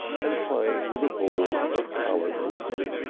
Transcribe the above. and playing with a ball of coloured worsted.